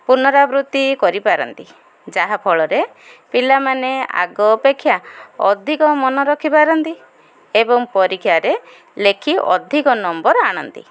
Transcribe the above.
ପୁନରାବୃତ୍ତି କରିପାରନ୍ତି ଯାହାଫଳରେ ପିଲାମାନେ ଆଗ ଅପେକ୍ଷା ଅଧିକ ମନେ ରଖିପାରନ୍ତି ଏବଂ ପରୀକ୍ଷାରେ ଲେଖି ଅଧିକ ନମ୍ବର ଆଣନ୍ତି